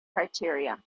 criteria